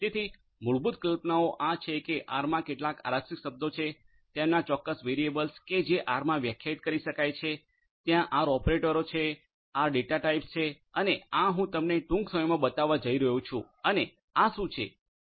તેથી મૂળભૂત કલ્પનાઓ આ છે કે આરમાં કેટલાક આરક્ષિત શબ્દો છે તેમના ચોક્કસ વેરિયેબલ્સ કે જે આરમાં વ્યાખ્યાયિત કરી શકાય છે ત્યાં આર ઓપરેટરો છે આર ડેટા ટાઈપ્સ છે અને આ હું તમને ટૂંક સમયમાં બતાવવા જઇ રહ્યો છું અને આ શું છે